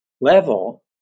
level